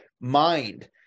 mind